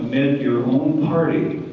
and your own party.